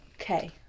Okay